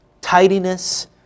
tidiness